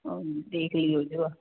ਓ ਦੇਖ ਲੀਓ ਜਰਾ